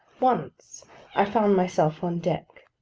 once i found myself on deck.